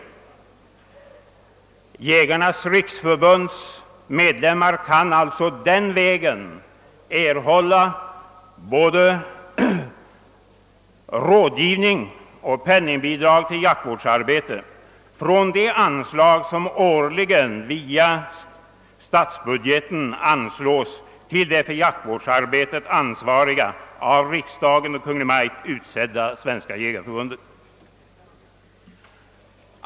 Medlemmarna i Jägarnas riksförbund kan alltså den vägen få både råd och penningbidrag i jaktvårdsarbetet från det anslag som årligen via statsbudgeten går till det för jaktvårdsarbetet ansvariga av riksdagen och Kungl. Maj:t utsedda Svenska jägareförbundet.